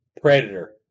Predator